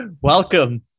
welcome